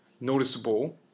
noticeable